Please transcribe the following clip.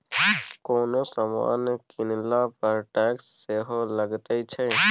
कोनो समान कीनला पर टैक्स सेहो लगैत छै